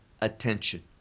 attention